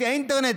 לפי האינטרנט,